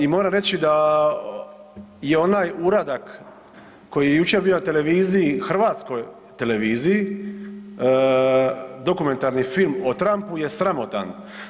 I moram reći da je onaj uradak koji je jučer bio na televiziji, Hrvatskoj televiziji dokumentarni film o Trumpu je sramotan.